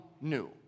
new